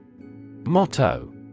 Motto